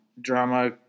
drama